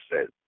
says